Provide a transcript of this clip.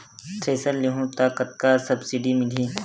Thresher लेहूं त कतका सब्सिडी मिलही?